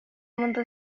منذ